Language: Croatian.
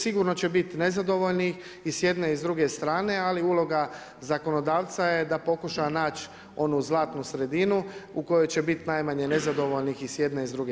Sigurno će biti nezadovoljnih i s jedne i s druge strane ali uloga zakonodavca je da pokuša naći onu zlatnu sredinu u kojoj će biti najmanje nezadovoljnih i s jedne i s druge strane.